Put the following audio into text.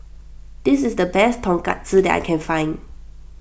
this is the best Tonkatsu that I can find